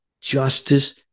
Justice